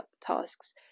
tasks